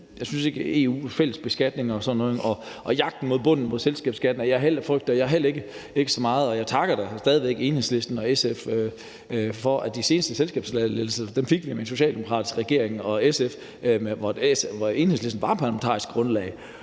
jeg synes ikke om EU-fællesbeskatninger og sådan noget, og jagten mod bunden på selskabsskatten frygter jeg heller ikke så meget, og jeg takker da også stadig væk Enhedslisten og SF for, at vi fik de seneste selskabsskattelettelser med en socialdemokratisk regering og SF, hvor Enhedslisten var parlamentarisk grundlag.